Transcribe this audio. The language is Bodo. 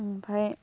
ओमफ्राय